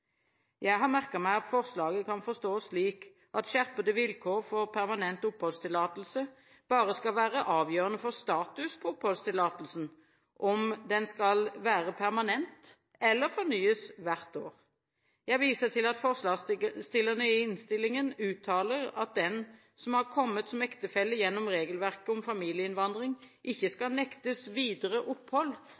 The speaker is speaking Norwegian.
Jeg har merket meg at forslaget kan forstås slik at skjerpede vilkår for permanent oppholdstillatelse bare skal være avgjørende for status for oppholdstillatelsen – om den skal være permanent eller fornyes hvert år. Jeg viser til at forslagsstillerne i innstillingen uttaler at den som har kommet som ektefelle gjennom regelverket om familieinnvandring, ikke skal nektes videre opphold